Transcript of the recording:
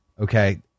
okay